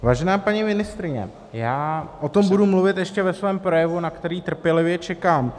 Vážená paní ministryně, já o tom budu mluvit ještě ve svém projevu, na který trpělivě čekám.